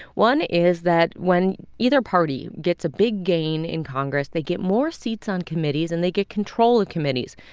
one is that when either party gets a big gain in congress, they get more seats on committees, and they get control of committees.